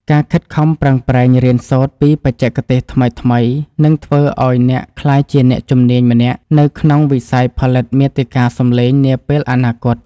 ការខិតខំប្រឹងប្រែងរៀនសូត្រពីបច្ចេកទេសថ្មីៗនឹងធ្វើឱ្យអ្នកក្លាយជាអ្នកជំនាញម្នាក់នៅក្នុងវិស័យផលិតមាតិកាសំឡេងនាពេលអនាគត។